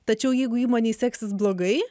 tačiau jeigu įmonei seksis blogai